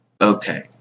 Okay